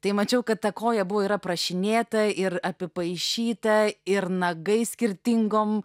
tai mačiau kad ta koja buvo ir aprašinėta ir apipaišyta ir nagai skirtingom